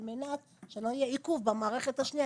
על מנת שלא יהיה עיכוב במערכת השנייה.